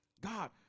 God